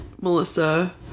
Melissa